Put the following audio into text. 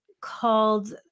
called